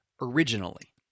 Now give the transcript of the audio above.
originally